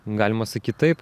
galima sakyt taip